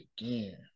again